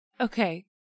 Okay